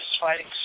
fighting